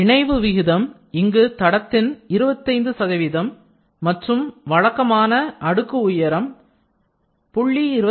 இணைவு விகிதம் இங்கு தடத்தின் 25 சதவீதம் மற்றும் வழக்கமான அடுக்கு உயரம் 0